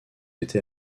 été